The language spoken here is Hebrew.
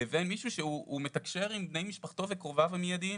לבין מישהו שהוא מתקשר עם בני משפחתו וקרוביו המידיים.